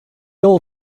all